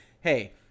Hey